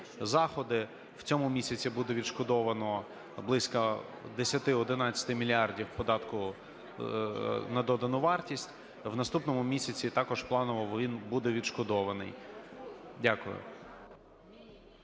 в цьому місяці буде відшкодовано близько 10-11 мільярдів податку на додану вартість, у наступному місяці також планово він буде відшкодований. Дякую.